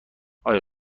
آیا